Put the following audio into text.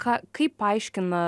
ką kaip paaiškina